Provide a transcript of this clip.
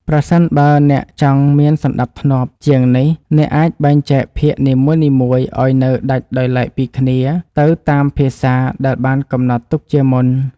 ប្រសិនបើអ្នកចង់ឱ្យមានសណ្តាប់ធ្នាប់ជាងនេះអ្នកអាចបែងចែកភាគនីមួយៗឱ្យនៅដាច់ដោយឡែកពីគ្នាទៅតាមភាសាដែលបានកំណត់ទុកជាមុន។